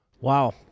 Wow